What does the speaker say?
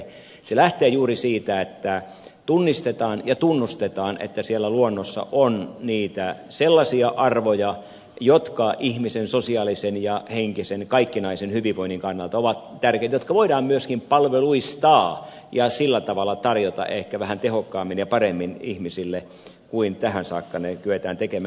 se lähtee juuri siitä että tunnistetaan ja tunnustetaan että siellä luonnossa on niitä sellaisia arvoja jotka ihmisen sosiaalisen ja henkisen kaikkinaisen hyvinvoinnin kannalta ovat tärkeitä jotka voidaan myöskin palveluistaa ja sillä tavalla tarjota ehkä vähän tehokkaammin ja paremmin ihmisille kuin tähän saakka kyetään tekemään